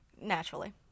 Naturally